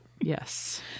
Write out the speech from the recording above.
Yes